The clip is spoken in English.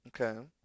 Okay